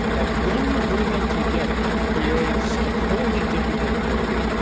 that when you bring them together creates a wholly different capability,